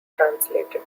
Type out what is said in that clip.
translated